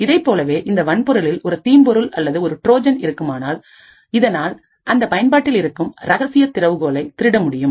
இதைப்போலவே இந்த வன்பொருளில்ஒரு தீம்பொருள்அல்லது ஒரு ட்ரோஜன் இருக்குமேயானால் இதனால் அந்த பயன்பாட்டில் இருக்கும் ரகசிய திறவுகோலை திருட முடியும்